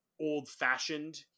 old-fashioned